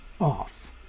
off